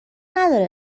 نداره